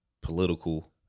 political